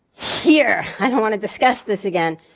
here, i don't want to discuss this again.